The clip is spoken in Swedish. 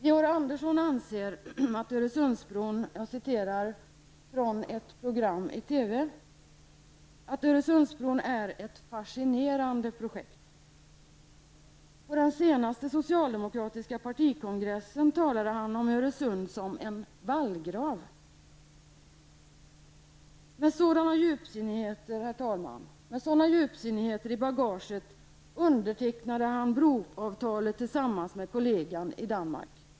Georg Andersson sade i ett program i TV att Öresundsbron ''är ett fascinerande projekt''. På den senaste socialdemokratiska partikongressen talade han om Öresund som en ''vallgrav''. Herr talman! Med sådana djupsinnigheter i bagaget undertecknade han broavtalet tillsammans med kollegan i Danmark.